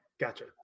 Gotcha